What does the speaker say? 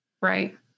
Right